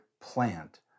plant